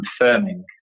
confirming